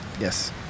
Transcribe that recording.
Yes